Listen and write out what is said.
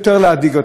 את תושבי חיפה,